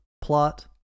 plot